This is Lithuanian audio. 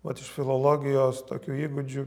vat iš filologijos tokių įgūdžių